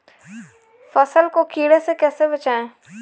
फसल को कीड़े से कैसे बचाएँ?